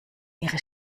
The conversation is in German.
ihre